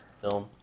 film